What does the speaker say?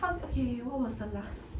how's okay what was the last